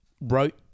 wrote